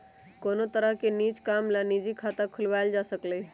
कोनो तरह के निज काम ला निजी खाता खुलवाएल जा सकलई ह